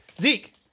Zeke